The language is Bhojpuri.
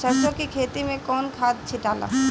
सरसो के खेती मे कौन खाद छिटाला?